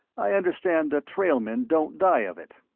i understand the trailmen don't die of it.